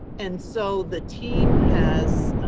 and so, the team has